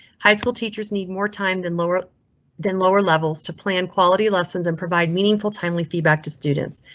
high school teachers need more time than lower than lower levels to plan quality lessons and provide meaningful, timely feedback to students.